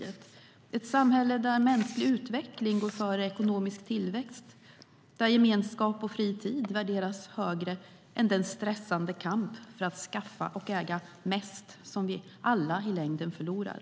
Det skulle vara ett samhälle där mänsklig utveckling går före ekonomisk tillväxt och där gemenskap och fri tid värderas högre än den stressande kamp för att skaffa och äga mest som vi alla i längden förlorar.